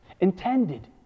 intended